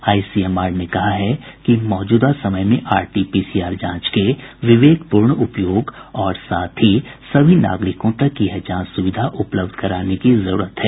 ICMR ने कहा है कि मौजूदा समय में आरटी पीसीआर जांच के विवेकपूर्ण उपयोग और साथ ही सभी नागरिकों तक यह जांच सुविधा उपलब्ध कराने की जरूरत है